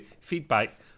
Feedback